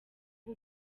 uba